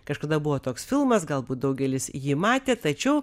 kažkada buvo toks filmas galbūt daugelis jį matė tačiau